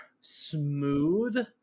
smooth